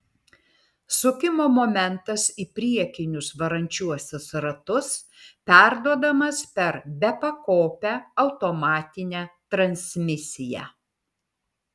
sukimo momentas į priekinius varančiuosius ratus perduodamas per bepakopę automatinę transmisiją